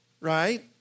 right